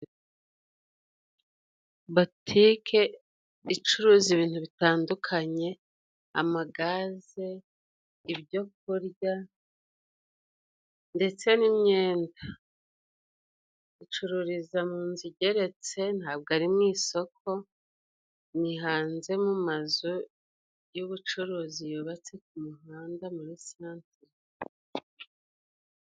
Botike icuruza ibintu bitandukanye, amagaze, ibyorya ndetse n'imyenda. icururiza mu nzu igeretse, ntabwo ari mu isoko, ni hanze mu mazu y'ubucuruzi yubatse ku muhanda muri santere.